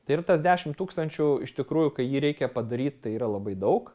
tai ir tas dešim tūkstančių iš tikrųjų kai jį reikia padaryt tai yra labai daug